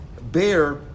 Bear